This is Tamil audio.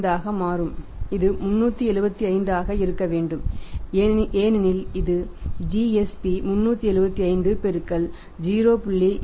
005 ஆக மாறும் இது 375 ஆக இருக்க வேண்டும் ஏனெனில் இது gsb 375 பெருக்கல் 0